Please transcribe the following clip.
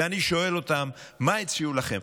ואני שואל אותם: מה הציעו לכם?